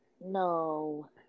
no